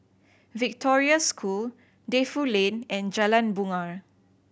Victoria School Defu Lane and Jalan Bungar